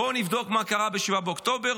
בואו נבדוק מה קרה ב-7 באוקטובר,